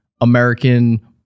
American